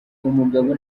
umugabo